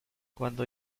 cuando